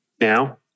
Now